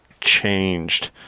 changed